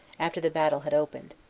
after the battle had opened.